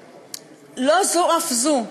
לא זו אף זו,